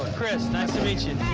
chris, nice to meet you.